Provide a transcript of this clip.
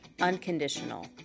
unconditional